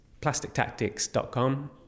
plastictactics.com